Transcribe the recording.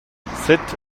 sept